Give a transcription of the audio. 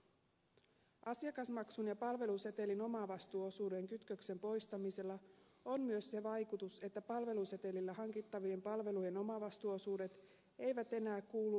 asiakasmaksun ja palvelusetelin omavastuuosuuden kytköksen poistamisella on myös se vaikutus että palvelusetelillä hankittavien palvelujen omavastuuosuudet eivät enää kuulu maksukaton piiriin